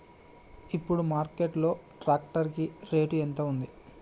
ఇప్పుడు మార్కెట్ లో ట్రాక్టర్ కి రేటు ఎంత ఉంది?